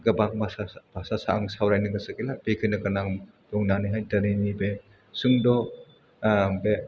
गोबां भाषा बा सा सा आं सावरायनो गोसो गैला बेखिनिखौनो आं बुंनानैहाय दिनैनि बे सुंद' बे